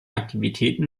aktivitäten